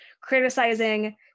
criticizing